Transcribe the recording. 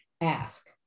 ask